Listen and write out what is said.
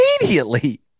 immediately